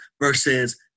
versus